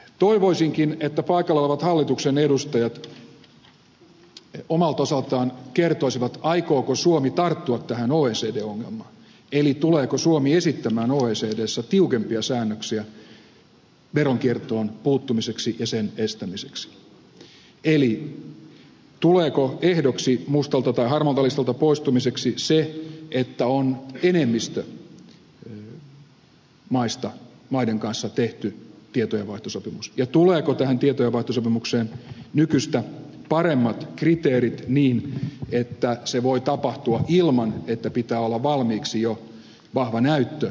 toivoisinkin että paikalla olevat hallituksen edustajat omalta osaltaan kertoisivat aikooko suomi tarttua tähän oecd ongelmaan eli tuleeko suomi esittämään oecdssä tiukempia säännöksiä veronkiertoon puuttumiseksi ja sen estämiseksi eli tuleeko ehdoksi mustalta tai harmaalta listalta poistumiseksi se että on maiden enemmistön kanssa tehty tietojenvaihtosopimus ja tuleeko tähän tietojenvaihtosopimukseen nykyistä paremmat kriteerit niin että se voi tapahtua ilman että pitää olla valmiiksi jo vahva näyttö rikollisesta toiminnasta